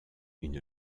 une